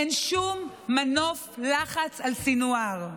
אין שום מנוף לחץ על סנוואר.